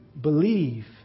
believe